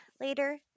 later